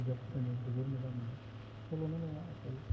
आङो बिजाब फरायनो जोबोर मोजां मोनो सल'मा नङा